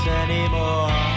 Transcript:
anymore